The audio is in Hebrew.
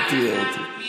עוד תהיה, עוד תהיה.